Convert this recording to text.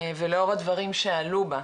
ולאור הדברים שעלו בה,